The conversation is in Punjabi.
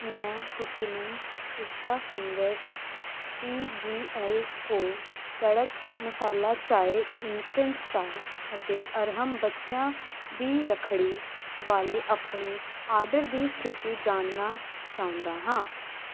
ਮੈਂ ਕੂਕੀਮਨ ਪਿਸਤਾ ਫਿੰਗਰਸ ਟੀਜੀਐੱਲ ਕੋ ਕੜਕ ਮਸਾਲਾ ਚਾਏ ਇੰਸਟੈਂਟ ਚਾਹ ਅਤੇ ਅਰਹਮ ਬੱਚਿਆਂ ਦੀ ਰੱਖੜੀ ਵਾਲੇ ਆਪਣੇ ਆਰਡਰ ਦੀ ਸਥਿਤੀ ਜਾਣਨਾ ਚਾਹੁੰਦਾ ਹਾਂ